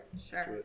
Sure